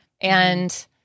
and-